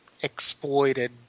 exploited